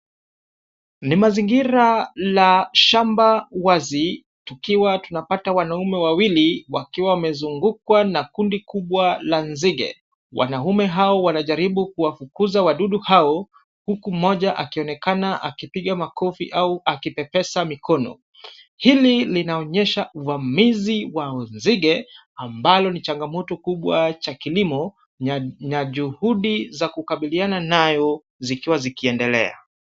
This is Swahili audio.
Ni mazingira la shamba wazi, tukiwa tunapata wanaume wawili wakiwa wamezungukwa na kundi kubwa la nzige. Wanaume hao wanajaribu kuwafukuza wadudu hao, huku mmoja akionekana akipiga makofi au akipepesa mikono. Hili linaonyesha uvamizi wa nzige ambalo ni changamoto kubwa cha kilimo na juhudi za kukabiliana nayo zikiwa zikiendelea.